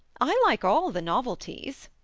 i like all the novelties,